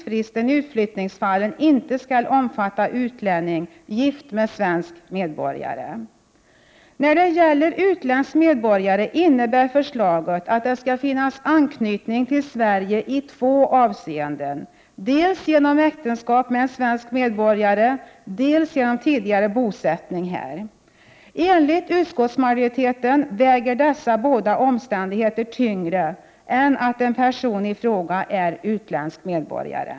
När det gäller utländsk medborgare innebär förslaget att det skall finnas anknytning till Sverige i två avseenden, dels genom äktenskap med en svensk medborgare, dels genom tidigare bosättning här. Enligt utskottsmajoriteten väger dessa båda omständigheter tyngre än att en person i fråga är utländsk medborgare.